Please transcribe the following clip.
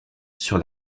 sur